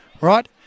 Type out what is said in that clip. right